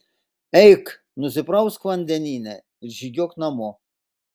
eik nusiprausk vandenyne ir žygiuok namo